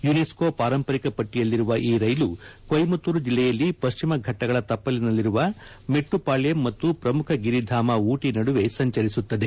UNESCO ಪಾರಂಪರಿಕ ಪಟ್ಟಿಯಲ್ಲಿರುವ ಈ ರೈಲು ಕೊಯಮತ್ತೂರ್ ಜಿಲ್ಲೆಯಲ್ಲಿ ಪಶ್ಚಿಮ ಫೆಟ್ಸಗಳ ತಪ್ಪಲಿನಲ್ಲಿರುವ ಮೆಟ್ಟುಪಾಳ್ಯಂ ಮತ್ತು ಪ್ರಮುಖ ಗಿರಿಧಾಮ ಉಟಿ ನಡುವೆ ಸಂಚರಿಸುತ್ತದೆ